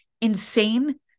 insane